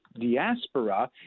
diaspora